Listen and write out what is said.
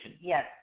Yes